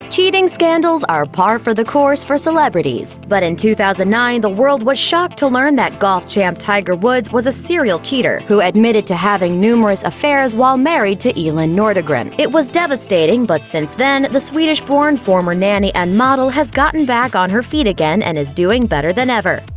cheating scandals are par for the course for celebrities. but in two thousand and nine, the world was shocked to learn that golf champ tiger woods was a serial cheater, who admitted to having numerous affairs while married to elin nordegren. it was devastating, but since then, the swedish-born former nanny and model has gotten back on her feet again and is doing better than ever.